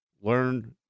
learn